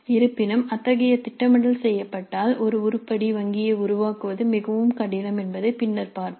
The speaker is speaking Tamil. இருப்பினும் அத்தகைய திட்டமிடல் செய்யப்பட்டால் ஒரு உருப்படி வங்கியை உருவாக்குவது மிகவும் கடினம் என்பதை பின்னர் பார்ப்போம்